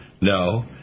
no